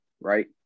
right